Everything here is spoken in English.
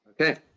Okay